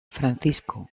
francisco